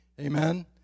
Amen